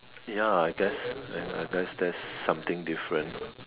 ya I guess I guess that's something different